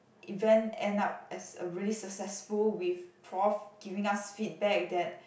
event end up as a really successful with prof giving us feedback that